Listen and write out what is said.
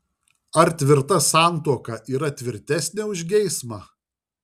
ar tvirta santuoka yra tvirtesnė už geismą